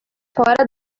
fora